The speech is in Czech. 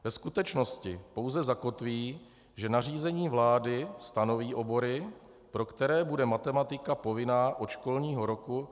Ve skutečnosti pouze zakotví, že nařízení vlády stanoví obory, pro které bude matematika povinná od školního roku 2020/2021.